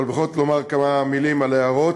אבל בכל זאת אומר כמה מילים על ההערות,